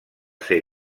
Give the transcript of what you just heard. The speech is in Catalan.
ser